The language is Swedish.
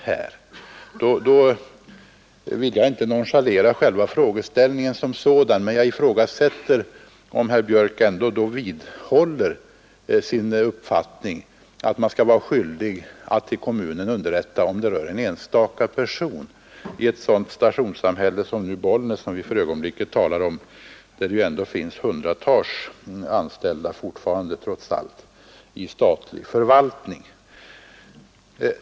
Jag vill inte nonchalera själva frågeställningen, men jag ifrågasätter om herr Björk vill hävda uppfattningen att SJ skall ha skyldighet att underrätta kommunen om det rör en enstaka person i ett stationssamhälle som Bollnäs, som vi för ögonblicket talar om, där det fortfarande trots allt finns hundratals anställda i statlig förvaltning.